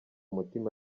mutima